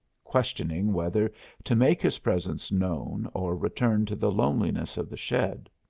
questioning whether to make his presence known or return to the loneliness of the shed.